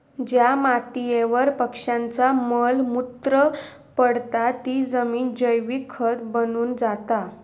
ज्या मातीयेवर पक्ष्यांचा मल मूत्र पडता ती जमिन जैविक खत बनून जाता